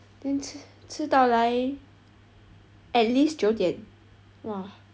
then 吃到来 at least 九点 !wah!